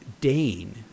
Dane